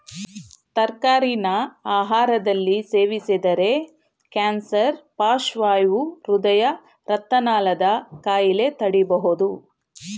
ತರಕಾರಿನ ಆಹಾರದಲ್ಲಿ ಸೇವಿಸಿದರೆ ಕ್ಯಾನ್ಸರ್ ಪಾರ್ಶ್ವವಾಯು ಹೃದಯ ರಕ್ತನಾಳದ ಕಾಯಿಲೆ ತಡಿಬೋದು